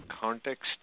context